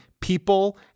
people